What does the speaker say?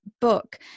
book